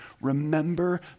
Remember